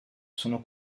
sono